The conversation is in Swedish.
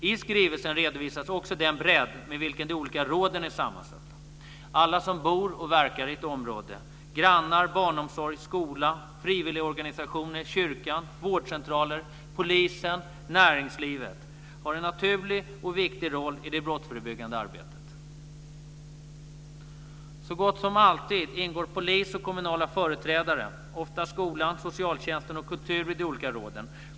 I skrivelsen redovisas också den bredd med vilken de olika råden är sammansatta. Alla som bor och verkar i ett område, grannar, barnomsorg, skola, frivilligorganisationer, kyrkan, vårdcentraler, polisen och näringslivet har en naturlig och viktig roll i det brottsförebyggande arbetet. Så gott som alltid ingår polis och kommunala företrädare, ofta skolan, socialtjänsten och kulturen i de olika råden.